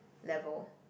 level